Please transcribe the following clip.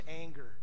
anger